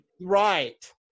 Right